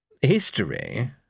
History